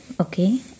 Okay